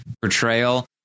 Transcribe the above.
portrayal